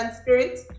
spirit